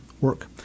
work